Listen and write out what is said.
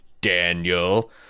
Daniel